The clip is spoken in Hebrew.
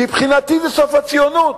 מבחינתי זו סוף הציונות.